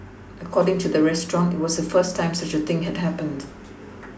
according to the restaurant it was the first time such a thing had happened